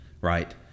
right